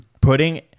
putting